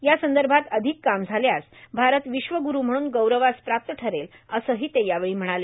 यासंदर्भात अधिक काम झाल्यास भारत विश्वगुरू म्हणून गौरवास प्राप्त ठरेल असंही ते यावेळी म्हणाले